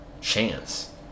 chance